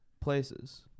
places